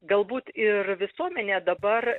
galbūt ir visuomenė dabar